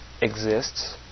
exists